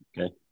Okay